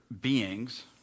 beings